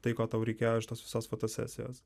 tai ko tau reikėjo iš tos visos fotosesijos